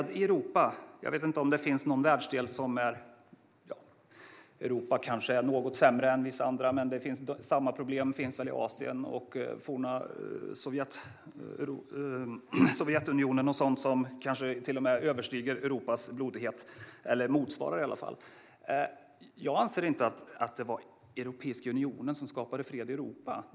Det talas om fred i Europa. Europa kanske är något sämre än vissa andra. Men samma problem finns väl i Asien, forna Sovjetunionen och sådant som kanske till och med överstiger Europas blodighet eller i varje fall motsvarar den. Jag anser inte att det var Europeiska unionen som skapade fred i Europa.